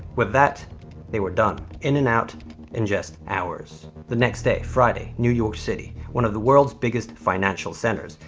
with that they were done. in and out in just hours. the next day, friday, new york city. one of the world's biggest financial centres.